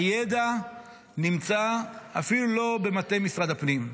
הידע אפילו לא נמצא במטה משרד הפנים,